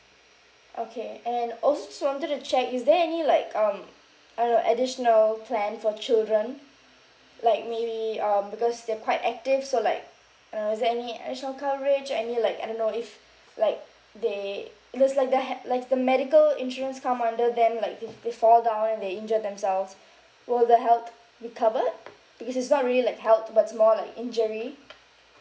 okay and also just wanted to check is there any like um uh additional plan for children like maybe um because they're quite active so like uh is there any additional coverage any like I don't know if like they looks like they had like is the medical insurance come under them like if they fall down and they injure themselves will their health be covered because it's not really like health but it's more like injury